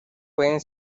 pueden